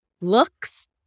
looks